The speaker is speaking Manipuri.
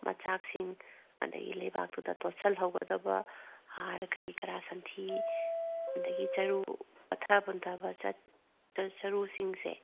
ꯃꯆꯥꯛꯁꯤꯡ ꯑꯗꯒꯤ ꯂꯩꯕꯥꯛꯇꯨꯗ ꯇꯣꯠꯁꯜ ꯍꯧꯒꯗꯕ ꯍꯥꯔ ꯀꯔꯤ ꯀꯔꯥ ꯁꯟꯊꯤ ꯑꯗꯒꯤ ꯆꯔꯨ ꯄꯠꯊ ꯄꯨꯝꯊꯕ ꯆꯔꯨꯁꯤꯡꯁꯦ